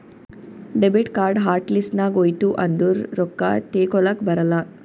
debit card hot list ನಾಗ್ ಹೋಯ್ತು ಅಂದುರ್ ರೊಕ್ಕಾ ತೇಕೊಲಕ್ ಬರಲ್ಲ